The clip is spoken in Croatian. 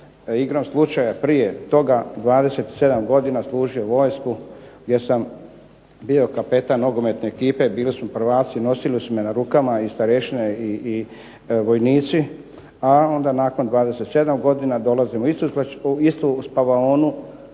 igrom slučaja prije toga 27 godina služio vojsku, gdje sam bio kapetan nogometne ekipe. Bili smo prvaci, nosili su me na rukama i starješine i vojnici, a onda nakon 27 godina dolazim u istu spavaonu